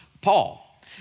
Paul